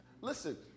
Listen